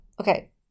Okay